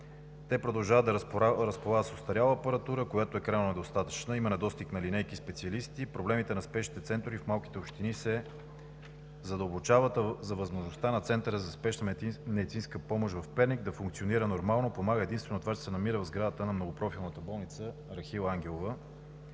Те продължават да разполагат с остаряла апаратура, която е крайно недостатъчна, и има недостиг на линейки и специалисти. Проблемите на спешните центрове в малките общини се задълбочават, а за възможността на Центъра за спешна медицинска помощ в Перник да функционира нормално, помага единствено това, че се намира в сградата на Многопрофилната болница „Рахила Ангелова“.